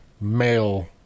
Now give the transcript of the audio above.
male